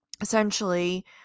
essentially